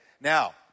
Now